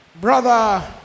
Brother